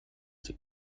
die